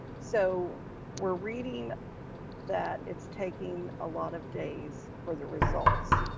so we're reading that it's taking a lot of days for the results.